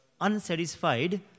unsatisfied